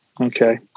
Okay